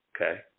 Okay